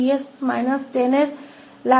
तो यहाँ भी हमें केवल भिन्न करना है